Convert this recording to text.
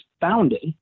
founded